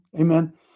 Amen